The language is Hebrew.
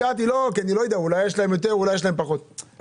כי אולי יש להם יותר או יש להם פחות שאיפות.